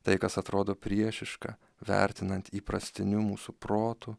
tai kas atrodo priešiška vertinant įprastiniu mūsų protu